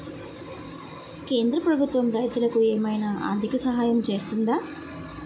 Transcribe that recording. కేంద్ర ప్రభుత్వం రైతులకు ఏమైనా ఆర్థిక సాయం చేస్తుందా?